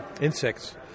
insects